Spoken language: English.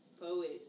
poets